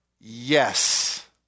Yes